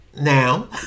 Now